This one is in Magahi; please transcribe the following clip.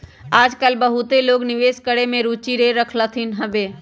याजकाल बहुते लोग निवेश करेमे में रुचि ले रहलखिन्ह हबे